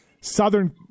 southern